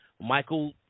Michael